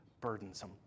burdensome